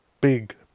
big